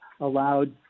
allowed